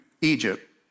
Egypt